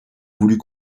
voulut